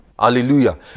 Hallelujah